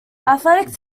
athletic